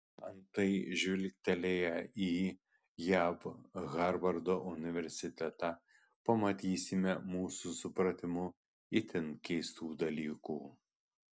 antai žvilgtelėję į jav harvardo universitetą pamatysime mūsų supratimu itin keistų dalykų